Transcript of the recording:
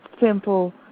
simple